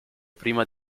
prima